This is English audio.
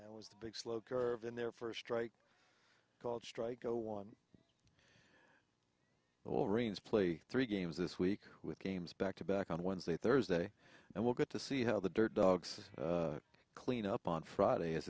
us was the big slow curve in their first strike called strike no one all rings play three games this week with games back to back on wednesday thursday and we'll get to see how the dirt dogs clean up on friday is